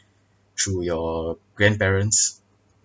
through your grandparents